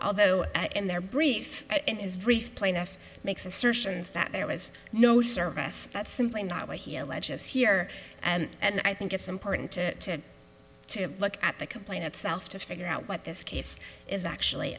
although in their brief in his brief plaintiff makes assertions that there was no service that's simply not what he alleges here and i think it's important to to look at the complaint itself to figure out what this case is actually